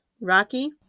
Rocky